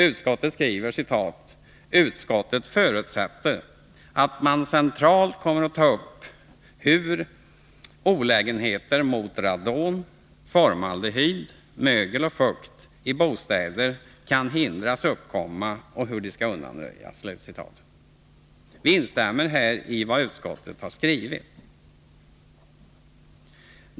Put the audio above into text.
Utskottet skriver: ”Utskottet förutsätter att man centralt kommer att ta upp hur olägenheter med radon, formaldehyd, mögel och fukt i bostäder kan hindras uppkomma och hur de kan undanröjas.” Vi instämmer här i vad utskottet har skrivit.